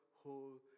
whole